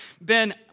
Ben